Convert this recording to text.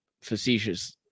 facetious